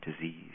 disease